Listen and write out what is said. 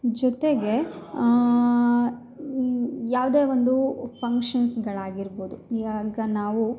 ಜೊತೆಗೆ ಯಾವುದೇ ಒಂದು ಫಂಕ್ಷನ್ಸ್ಗಳು ಆಗಿರ್ಬೋದು ಇವಾಗ ನಾವು